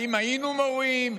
אם היינו מורים,